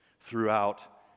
throughout